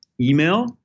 email